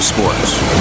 Sports